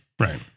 Right